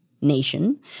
nation